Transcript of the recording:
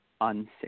unsafe